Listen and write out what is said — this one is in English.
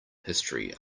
history